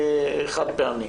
חד-פעמי.